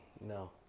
no